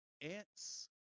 Ants